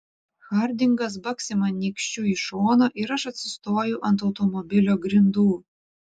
hardingas baksi man nykščiu į šoną ir aš atsistoju ant automobilio grindų